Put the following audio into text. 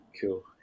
Cool